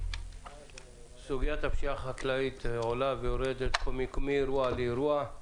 סוגיית הפשיעה החקלאית עולה ויורדת מאירוע לאירוע.